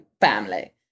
family